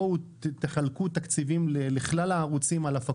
התקציב מטיל מסים על גבי מסים,